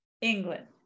England